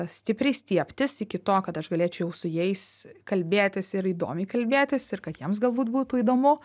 stipriai stiebtis iki to kad aš galėčiau su jais kalbėtis ir įdomiai kalbėtis ir kad jiems galbūt būtų įdomu